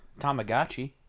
Tamagotchi